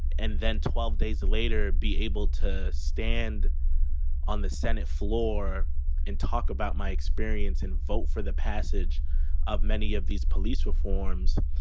and then twelve days later, be able to stand on the senate floor and talk about my experience and vote for the passage of many of these police reforms.